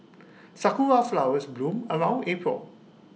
Sakura Flowers bloom around April